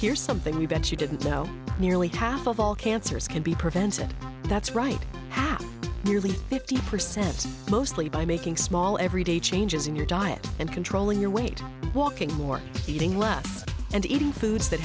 here something we bet you didn't know nearly half of all cancers can be prevented that's right half nearly fifty percent mostly by making small everyday changes in your diet and controlling your weight walking more eating less and eating foods that